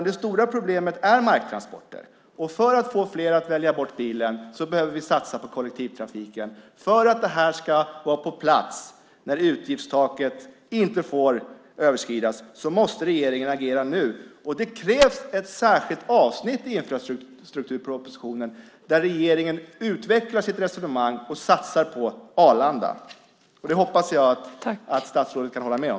Det stora problemet är alltså marktransporterna, och för att få fler att välja bort bilen behöver vi satsa på kollektivtrafiken. För att detta ska vara på plats, när utgiftstaket inte får överskridas, måste regeringen agera nu. Det krävs ett särskilt avsnitt i infrastrukturpropositionen där regeringen utvecklar sitt resonemang och satsar på Arlanda. Det hoppas jag att statsrådet kan hålla med om.